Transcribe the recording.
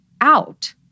out